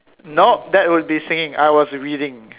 no that would be singing I was reading